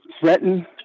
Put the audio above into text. threaten